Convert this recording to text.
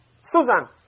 Susan